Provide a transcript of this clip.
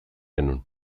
genuen